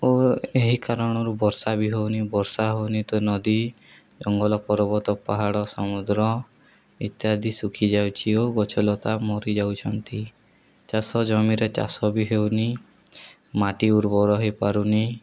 ଓ ଏହି କାରଣରୁ ବର୍ଷା ବି ହେଉନି ବର୍ଷା ହେଉନି ତ ନଦୀ ଜଙ୍ଗଲ ପର୍ବତ ପାହାଡ଼ ସମୁଦ୍ର ଇତ୍ୟାଦି ଶୁଖିଯାଉଛି ଓ ଗଛଲତା ମରିଯାଉଛନ୍ତି ଚାଷ ଜମିରେ ଚାଷ ବି ହେଉନି ମାଟି ଉର୍ବର ହେଇପାରୁନି